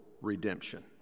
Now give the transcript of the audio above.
redemption